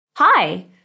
Hi